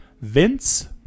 Vince